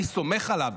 אני סומך עליו,